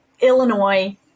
Illinois